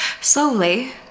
Slowly